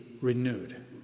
renewed